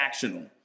transactional